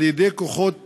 על-ידי כוחות